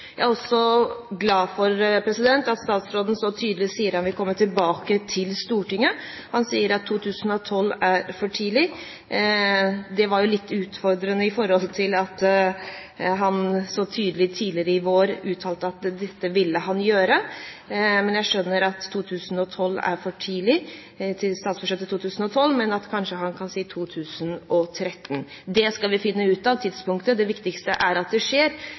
Jeg er også glad for at statsråden så tydelig sier at han vil komme tilbake til Stortinget. Han sier at 2012 er for tidlig. Det var litt utfordrende med tanke på at han så tydelig tidligere i vår uttalte at dette ville han gjøre. Men jeg skjønner at 2012 – til statsbudsjettet – er for tidlig, men kanskje han kan si 2013. Tidspunktet skal vi finne ut av. Det viktigste er at det skjer,